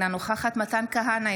אינה נוכחת מתן כהנא,